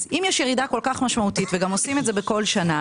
אם יש ירידה כה משמעותית וגם עושים את זה כל שנה,